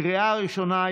לקריאה ראשונה.